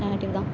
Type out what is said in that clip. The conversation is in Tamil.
நெகட்டிவ் தான்